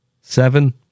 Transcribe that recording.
Seven